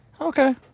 okay